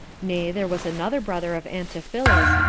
nay, there was another brother of antiphilus,